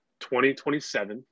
2027